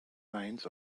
mainz